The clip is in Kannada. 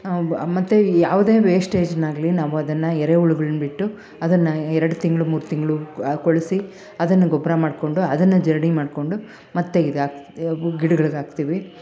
ಮತ್ತೆ ಯಾವುದೇ ವೇಷ್ಟೇಜ್ನಾಗಲಿ ನಾವು ಅದನ್ನು ಎರೆಹುಳುಗಳನ್ನ ಬಿಟ್ಟು ಅದನ್ನು ಎರಡು ತಿಂಗಳು ಮೂರು ತಿಂಗಳು ಕೊಳೆಸಿ ಅದನ್ನು ಗೊಬ್ಬರ ಮಾಡಿಕೊಂಡು ಅದನ್ನು ಜರಡಿ ಮಾಡಿಕೊಂಡು ಮತ್ತೆ ಇದಾಕಿ ಗಿಡಗಳಿಗಾಕ್ತೀವಿ